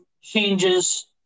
changes